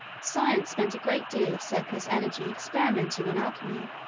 science spent a great deal of surplus energy experimenting on alchemy,